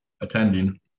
attending